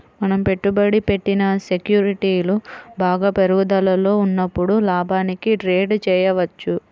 మనం పెట్టుబడి పెట్టిన సెక్యూరిటీలు బాగా పెరుగుదలలో ఉన్నప్పుడు లాభానికి ట్రేడ్ చేయవచ్చు